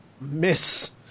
Miss